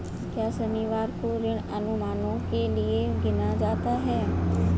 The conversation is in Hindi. क्या शनिवार को ऋण अनुमानों के लिए गिना जाता है?